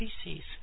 species